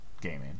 gaming